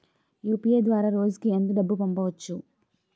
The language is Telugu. యు.పి.ఐ ద్వారా రోజుకి ఎంత డబ్బు పంపవచ్చు?